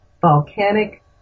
volcanic